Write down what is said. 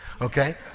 okay